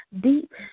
deep